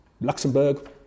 Luxembourg